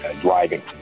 driving